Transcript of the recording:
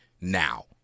now